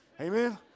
amen